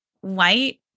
white